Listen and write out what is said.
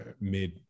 mid